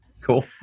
Cool